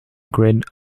grid